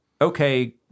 okay